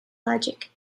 logic